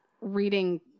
reading